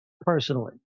personally